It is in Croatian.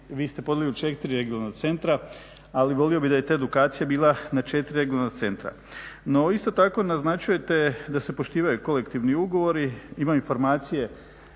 se ne razumije./… u 4 regionalna centra, ali volio bih da je ta edukacija bila na 4 regionalna centra. No isto tako naznačujete da se poštivaju kolektivni ugovori. Imam informacije